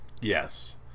Yes